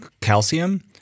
calcium